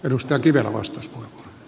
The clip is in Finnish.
arvoisa herra puhemies